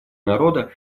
народа